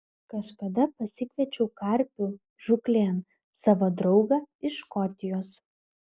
kažkada pasikviečiau karpių žūklėn savo draugą iš škotijos